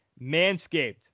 Manscaped